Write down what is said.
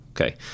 okay